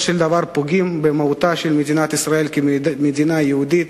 של דבר פוגעים במהותה של מדינת ישראל כמדינה יהודית.